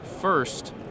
First